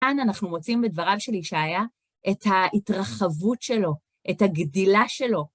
כאן אנחנו מוצאים בדבריו של ישעיה את ההתרחבות שלו, את הגדילה שלו.